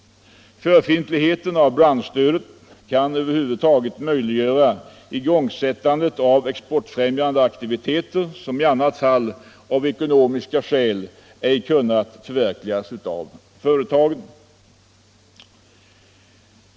Förefintligheten av branschstödet kan över huvud taget möjliggöra igångsättandet av exportfrämjande aktiviteter, som i annat fall av ekonomiska skäl ej kunnat förverkligas av företagen.